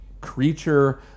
creature